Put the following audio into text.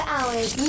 Hours